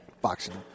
Boxing